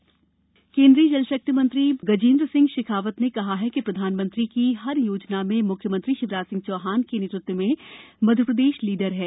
मंत्री योजना समीक्षा केन्द्रीय जल शक्ति मंत्री गजेन्द्र सिंह शेखावत ने कहा है कि प्रधानमंत्री जी की हर योजना में मुख्यमंत्री शिवराज सिंह चौहान के नेतृत्व में मध्यप्रदेश लीडर है